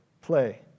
play